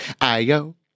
Io